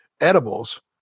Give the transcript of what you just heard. edibles